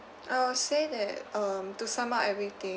I will say that um to sum up everything